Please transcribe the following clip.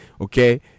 Okay